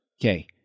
Okay